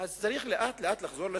אז צריך לאט-לאט לחזור לשפיות.